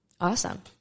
awesome